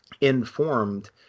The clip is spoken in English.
informed